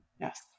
Yes